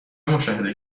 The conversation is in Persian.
مشاهده